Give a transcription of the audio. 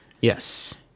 yes